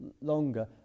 longer